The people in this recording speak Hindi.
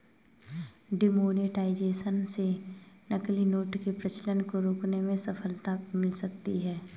डिमोनेटाइजेशन से नकली नोट के प्रचलन को रोकने में सफलता मिल सकती है